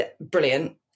brilliant